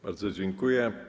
Bardzo dziękuję.